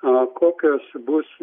a kokios bus